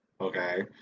okay